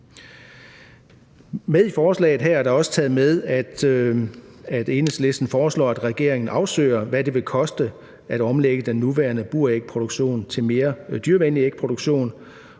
I forslaget er også taget med, at Enhedslisten foreslår, at regeringen afsøger, hvad det vil koste at omlægge den nuværende burægproduktion til mere dyrevenlig ægproduktion,